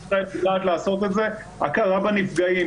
הכרה בנפגעים,